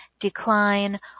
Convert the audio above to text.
decline